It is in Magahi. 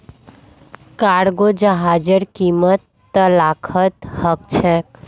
कार्गो जहाजेर कीमत त लाखत ह छेक